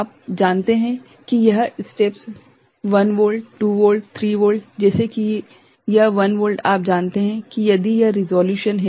आप जानते हैं कि यह स्टेप्स 1 वोल्ट 2 वोल्ट 3 वोल्ट है जैसे कि यह 1 वोल्ट आप जानते हैं कि यदि यह रिसोल्यूशन है